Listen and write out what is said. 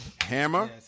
Hammer